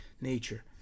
nature